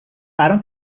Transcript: برام